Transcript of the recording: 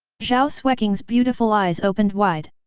zhao xueqing's beautiful eyes opened wide.